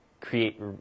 create